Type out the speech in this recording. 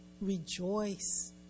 rejoice